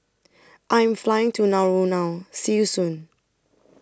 I Am Flying to Nauru now See YOU Soon